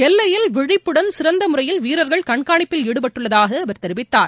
எல்லையில் விழிப்புடன் சிறந்தமுறையில் வீரர்கள் கண்காணிப்பில் ஈடுபட்டுள்ளதாக அவர் தெரிவித்தார்